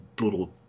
little